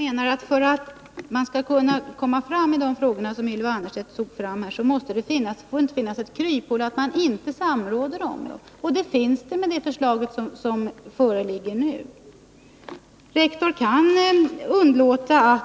Herr talman! För att man skall kunna ta upp de frågor som Ylva Annerstedt nämnde får det ju inte finnas något kryphål, så att det går att undvika att samråda. I det föreliggande förslaget finns det kryphål. Rektorn kan underlåta